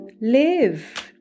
Live